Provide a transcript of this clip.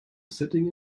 sitting